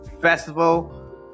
Festival